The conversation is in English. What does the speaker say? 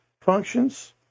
functions